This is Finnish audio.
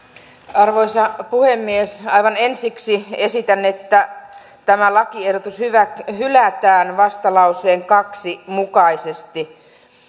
arvoisa puhemies aivan ensiksi esitän että tämä lakiehdotus hylätään vastalauseen kaksi mukaisesti